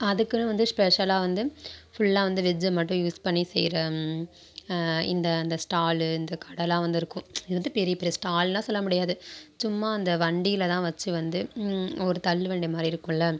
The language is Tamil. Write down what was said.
அதுக்குனு வந்து ஸ்பெஷலாக வந்து ஃபுல்லா வந்து வெஜ்ஜை மட்டும் யூஸ் பண்ணி செய்கிற இந்த அந்த ஸ்டாலு இந்த கடைலாம் வந்து இருக்கும் இது வந்து பெரிய பெரிய ஸ்டால்லெல்லாம் சொல்ல முடியாது சும்மா அந்த வண்டியில் தான் வச்சு வந்து ஒரு தள்ளு வண்டிமாதிரி இருக்கும்ல